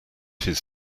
his